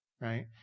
right